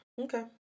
Okay